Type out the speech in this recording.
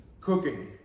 cooking